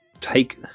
take